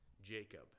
Jacob